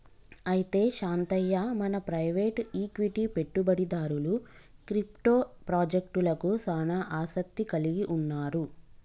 అయితే శాంతయ్య మన private equity పెట్టుబడిదారులు క్రిప్టో పాజెక్టలకు సానా ఆసత్తి కలిగి ఉన్నారు